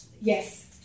Yes